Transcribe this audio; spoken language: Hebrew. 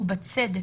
ובצדק,